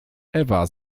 ewa